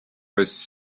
was